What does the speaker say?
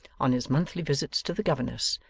on his monthly visits to the governess,